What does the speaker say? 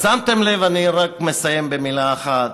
אני רק מסיים במילה אחת: